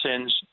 sins